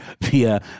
via